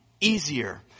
easier